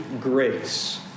grace